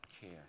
care